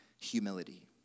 humility